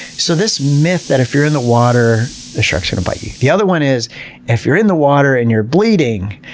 so this myth that if you're in the water, the sharks are going to bite you. the other one is if you're in the water and you're bleeding.